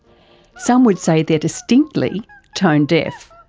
some would say they're distinctly tone deaf.